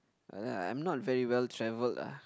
uh I'm not very well travelled ah